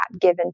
given